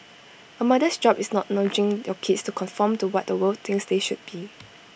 A mother's job is not nudging your kids to conform to what the world thinks they should be